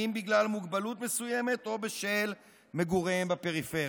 אם בגלל מוגבלות מסוימת או בשל מגוריהם בפריפריה.